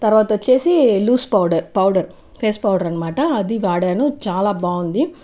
తర్వాత వచ్చేసి loose powder powder face powder అనమాట అది వాడాను చాలా బాగుంది